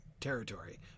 territory